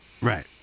Right